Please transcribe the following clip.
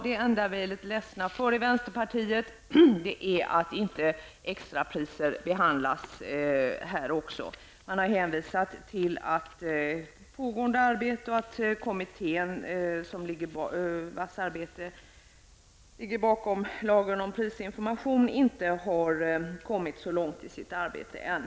Det enda vi är litet ledsna för i vänsterpartiet är, som jag sade, att inte även frågan om extrapriser behandlas här. Det hänvisas till att kommittén vars arbete ligger bakom lagen om prisinformation inte har kommit så långt i sitt arbete än.